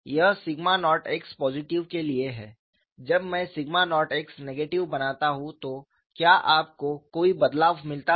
यह sigma not x positive के लिए है जब मैं सिग्मा नॉट x नेगेटिव बनाता हूं तो क्या आपको कोई बदलाव मिलता है